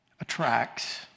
attracts